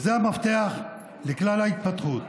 זה המפתח לכל ההתפתחות.